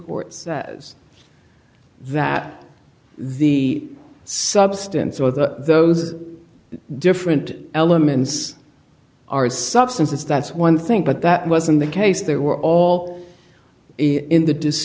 court says that the substance or the different elements are substances that's one thing but that wasn't the case they were all in the dis